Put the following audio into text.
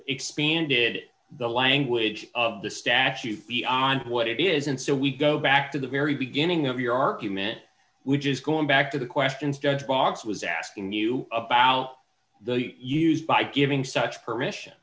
expanded the language of the statute be on what it is and so we go back to the very beginning of your argument which is going back to the questions judge barnes was asking you about the use by giving such permission